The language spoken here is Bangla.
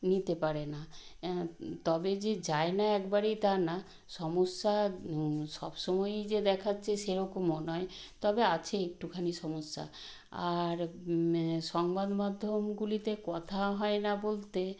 নিতে পারে না তবে যে যায় না একবারেই তা না সমস্যা সব সময়ই যে দেখাচ্ছে সেরকমও নয় তবে আছে একটুখানি সমস্যা আর সংবাদমাধ্যমগুলিতে কথা হয় না বলতে